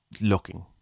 looking